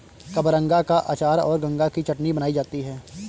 कबरंगा का अचार और गंगा की चटनी बनाई जाती है